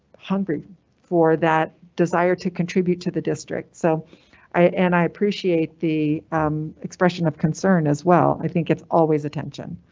hungry for that desire to contribute to the district? so and i appreciate the um expression of concern as well. i think it's always attention.